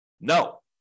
No